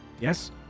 Yes